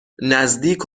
نزدیک